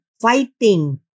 fighting